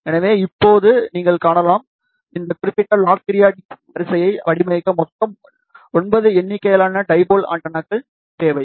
எனவே இப்போது நீங்கள் காணலாம் இந்த குறிப்பிட்ட லாஃ பீரியாடிக் வரிசையை வடிவமைக்க மொத்தம் 9 எண்ணிக்கையிலான டைபோல் ஆண்டெனாக்கள் தேவை